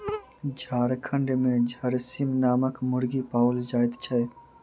झारखंड मे झरसीम नामक मुर्गी पाओल जाइत छै